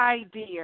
idea